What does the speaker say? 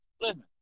Listen